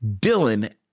Dylan